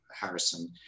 Harrison